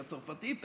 את הצרפתים,